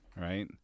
right